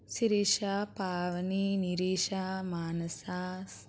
Sirisha Pavani Nirisha Manasa